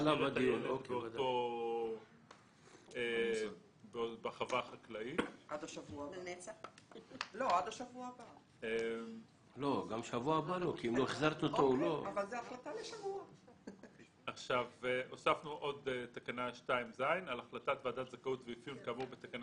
2 הוספנו עוד תקנה (ז): "על החלטת ועדת זכאות ואפיון כאמור בתקנה